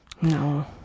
No